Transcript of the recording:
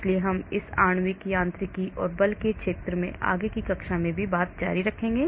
इसलिए हम इस आणविक यांत्रिकी और बल के क्षेत्र में आगे की कक्षा में भी जारी रखेंगे